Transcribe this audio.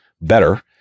better